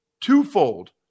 twofold